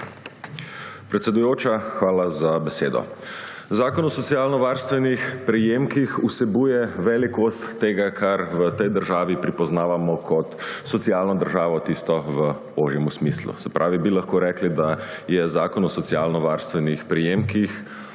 Predsedujoča, hvala za besedo. Zakon o socialno varstvenih prejemkih vsebuje velik kos tega, kar v tej državi pripoznavamo kot socialno državo, tisto v ožjem smislu. Se pravi, bi lahko rekli, da je Zakon o socialno varstvenih prejemkih